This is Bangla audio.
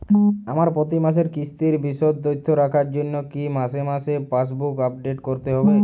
আমার প্রতি মাসের কিস্তির বিশদ তথ্য রাখার জন্য কি মাসে মাসে পাসবুক আপডেট করতে হবে?